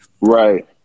right